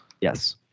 Yes